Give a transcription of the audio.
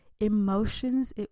emotions